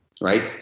right